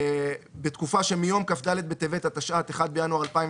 בתקופה שמיום כ"ד בטבת התשע"ט (1 בינואר 2019)